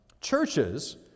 churches